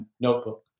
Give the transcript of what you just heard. notebook